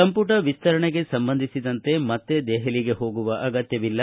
ಸಂಪುಟ ವಿಸ್ತರಣೆಗೆ ಸಂಬಂಧಿಸಿದಂತೆ ಮತ್ತೆ ದೆಹಲಿಗೆ ಹೋಗುವ ಅಗತ್ಯವಿಲ್ಲ